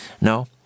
No